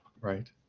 Right